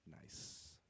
Nice